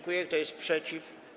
Kto jest przeciw?